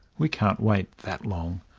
we can't wait that long.